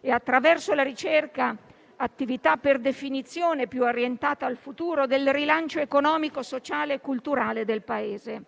e attraverso la ricerca, attività per definizione più orientata al futuro, del rilancio economico, sociale e culturale del Paese,